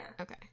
Okay